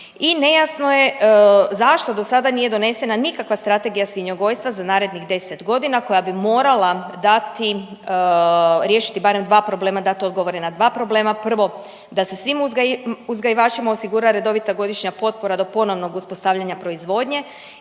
i nejasno je zašto dosada nije donesena nikakva strategija svinjogojstva za narednih 10 godina koja bi morala dati, riješiti barem dva problema, dati odgovore na dva problema. Prvo da se svim uzgajivačima osigura redovita godišnja potpora do ponovnog uspostavljanja proizvodnje